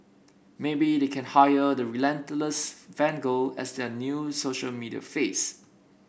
maybe they can hire the relentless fan girl as their new social media face